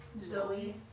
Zoe